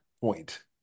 point